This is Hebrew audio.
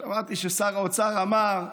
שמעתי ששר האוצר אמר: